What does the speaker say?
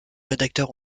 rédacteur